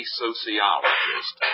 sociologist